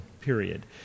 period